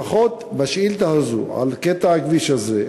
לפחות בשאילתה הזו על קטע הכביש הזה,